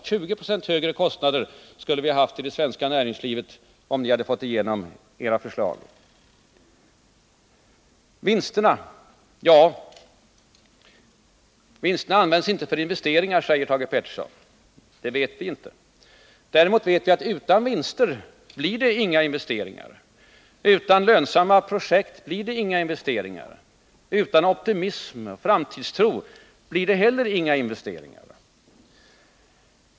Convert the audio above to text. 20 26 högre kostnader skulle vi ha haft i det svenska näringslivet om ni hade fått igenom era förslag. Vinsterna används inte för investeringar, säger Thage Peterson. Det vet vi inte. Däremot vet vi att utan vinster och lönsamma projekt blir det inga investeringar. Utan optimism och framtidstro blir det heller inga investeingar.